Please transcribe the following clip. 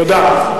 תודה.